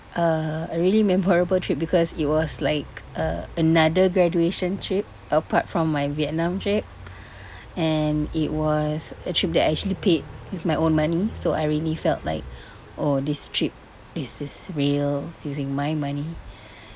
uh a really memorable trip because it was like uh another graduation trip apart from my vietnam trip and it was a trip that I actually paid with my own money so I really felt like oh this trip is just real it's using my money